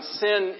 sin